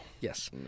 Yes